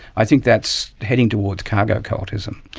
i think that's heading towards cargo cultism.